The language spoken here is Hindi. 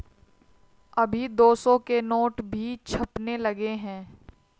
अभी दो सौ के नोट भी छपने लगे हैं